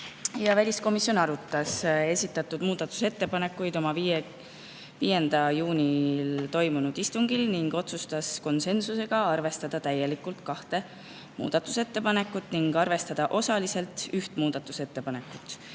Väliskomisjon arutas esitatud muudatusettepanekuid oma 5. juunil toimunud istungil ning otsustas konsensusega arvestada täielikult kahte muudatusettepanekut ja arvestada osaliselt üht muudatusettepanekut